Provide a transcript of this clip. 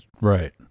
Right